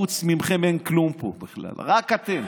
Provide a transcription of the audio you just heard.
חוץ מכם, אין כלום פה בכלל, רק אתם.